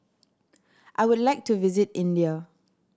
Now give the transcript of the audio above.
I would like to visit India